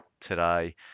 today